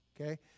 okay